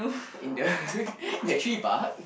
in the in the tree bark